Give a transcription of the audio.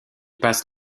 passe